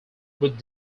would